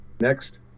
Next